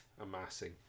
amassing